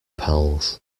pals